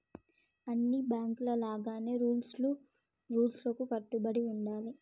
అన్ని బాంకుల లాగానే రూల్స్ కు కట్టుబడి ఉండాలి